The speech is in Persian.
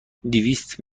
دویست